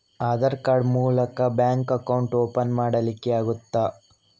Aadhaar card ಮೂಲಕ bank account open ಮಾಡಲಿಕ್ಕೆ ಆಗುತಾ?